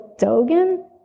Dogen